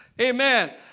Amen